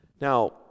Now